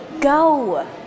Go